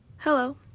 Hello